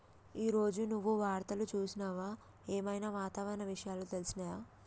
ఈ రోజు నువ్వు వార్తలు చూసినవా? ఏం ఐనా వాతావరణ విషయాలు తెలిసినయా?